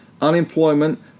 Unemployment